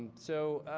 so,